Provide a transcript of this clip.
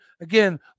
again